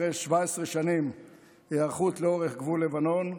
אחרי 17 שנים היערכות לאורך גבול לבנון,